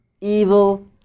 evil